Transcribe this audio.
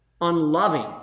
unloving